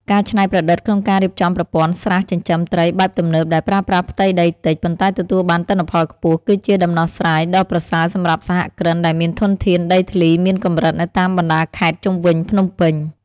ការច្នៃប្រឌិតក្នុងការរៀបចំប្រព័ន្ធស្រះចិញ្ចឹមត្រីបែបទំនើបដែលប្រើប្រាស់ផ្ទៃដីតិច ប៉ុន្តែទទួលបានទិន្នផលខ្ពស់ គឺជាដំណោះស្រាយដ៏ប្រសើរសម្រាប់សហគ្រិនដែលមានធនធានដីធ្លីមានកម្រិតនៅតាមបណ្ដាខេត្តជុំវិញភ្នំពេញ។